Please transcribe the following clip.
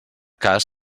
cas